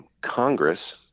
Congress